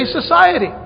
society